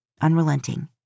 unrelenting